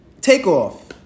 Takeoff